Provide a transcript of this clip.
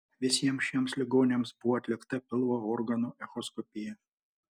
visiems šiems ligoniams buvo atlikta pilvo organų echoskopija